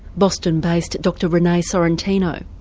boston based dr renee sorrentino.